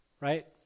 right